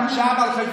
תודה רבה לך,